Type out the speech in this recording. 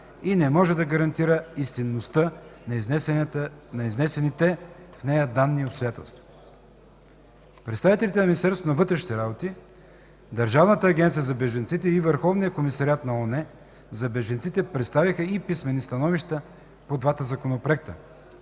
и не може да гарантира истинността на изнесените в нея данни и обстоятелства. Представителите на Министерството на вътрешните работи, Държавната агенция за бежанците и Върховният комисариат на ООН за бежанците представиха и писмени становища по двата законопроекта.